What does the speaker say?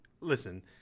listen